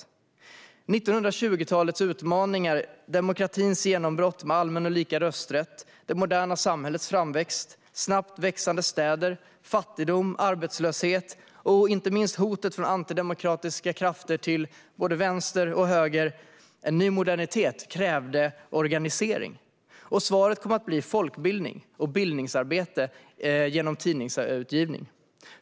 1920-talets utmaningar, demokratins genombrott med allmän och lika rösträtt, det moderna samhällets framväxt, snabbt växande städer, fattigdom, arbetslöshet och inte minst hotet från antidemokratiska krafter från både höger och vänster liksom en ny modernitet krävde organisering. Svaret kom att bli folkbildning och bildningsarbete genom tidningsutgivning.